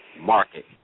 market